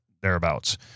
thereabouts